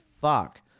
fuck